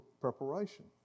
preparation